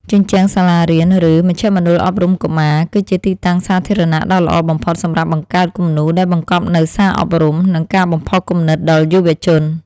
ជញ្ជាំងសាលារៀន ឬមជ្ឈមណ្ឌលអប់រំកុមារ គឺជាទីតាំងសាធារណៈដ៏ល្អបំផុតសម្រាប់បង្កើតគំនូរដែលបង្កប់នូវសារអប់រំ និងការបំផុសគំនិតដល់យុវជន។